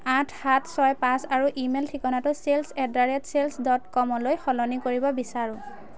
আঠ সাত ছয় পাঁচ আৰু ইমেইল ঠিকনাটো sales at the rate sales dot কমলৈ সলনি কৰিব বিচাৰোঁ